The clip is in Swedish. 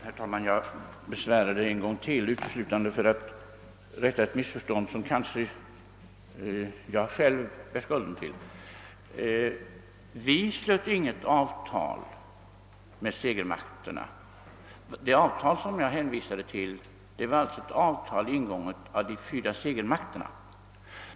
Herr talman! Jag vill besvära en gång till uteslutande för att rätta till ett missförstånd, som jag själv kanske bär skulden till. Vi slöt inget avtal med segermakterna. Det avtal som jag hänvisade till var ett avtal ingånget av de fyra segermakterna.